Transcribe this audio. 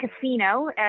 Casino